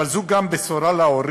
אבל זו גם בשורה להורים,